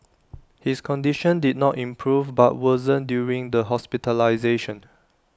his condition did not improve but worsened during the hospitalisation